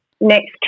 Next